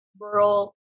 rural